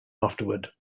afterward